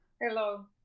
Hello